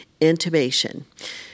intubation